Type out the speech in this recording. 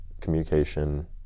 communication